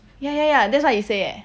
ya ya ya that's why he say eh